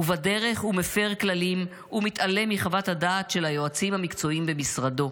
ובדרך הוא מפר כללים ומתעלם מחוות הדעת של היועצים המקצועיים במשרדו.